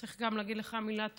וצריך גם להגיד לך מילה טובה,